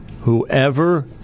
Whoever